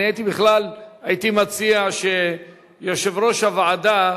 אני הייתי מציע שיושב-ראש הוועדה,